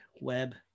web